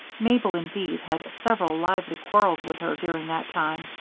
mabel, indeed, had several lively quarrels with her during that time,